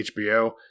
HBO